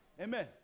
Amen